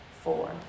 four